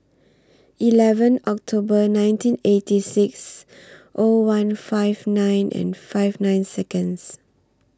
eleven October nineteen eighty six O one five nine and five nine Seconds